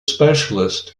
specialist